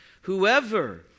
Whoever